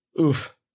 Oof